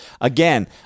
again